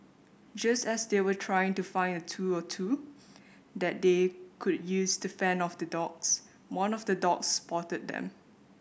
just as they were trying to find a tool or two that they could use to fend off the dogs one of the dogs spotted them